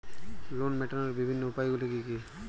Loan মেটানোর বিভিন্ন উপায়গুলি কী কী?